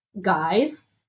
guys